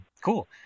Cool